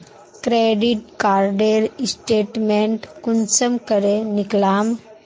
Credit कार्डेर statement कुंसम करे निकलाम?